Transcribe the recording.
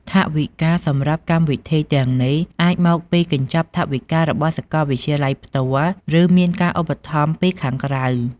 ថវិការសម្រាប់កម្មវិធីទាំងនេះអាចមកពីកញ្ចប់ថវិការបស់សាកលវិទ្យាល័យផ្ទាល់ ឬមានការឧបត្ថម្ភពីខាងក្រៅ។